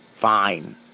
Fine